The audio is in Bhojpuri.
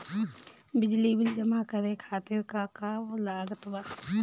बिजली बिल जमा करे खातिर का का लागत बा?